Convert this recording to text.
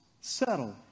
settle